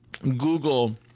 Google